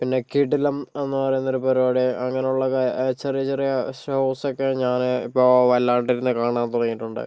പിന്നെ കിടിലം എന്ന് പറയുന്നൊരു പരിപാടി അങ്ങനെയുള്ള ചെറിയ ചെറിയ ഷോസൊക്കെ ഞാന് ഇപ്പോൾ വല്ലാണ്ട് ഇരുന്നു കാണാൻ തുടങ്ങിയിട്ടുണ്ട്